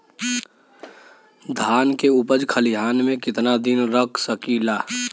धान के उपज खलिहान मे कितना दिन रख सकि ला?